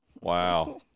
Wow